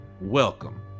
welcome